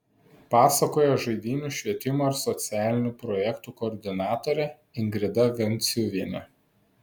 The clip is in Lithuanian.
pasakoja žaidynių švietimo ir socialinių projektų koordinatorė ingrida venciuvienė